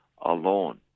alone